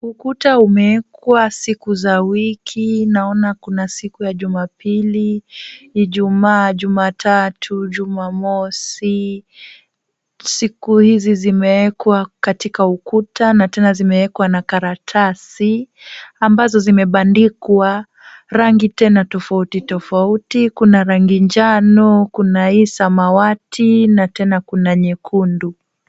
Ukuta umeekwa siku za wiki, naona kuna siku ya jumapili, ijumaa, jumatatu, jumamosi, siku hizi zimeekwa katika ukuta na tena zimeekwa na karatasi ambazo zimebandikwa, rangi tena tofauti tofauti. Kuna rangi njano, kuna hii samawati na tena kuna nyekundu.